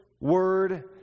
word